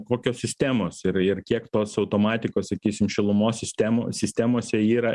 kokios sistemos ir ir kiek tos automatikos sakysim šilumos sistemų sistemose yra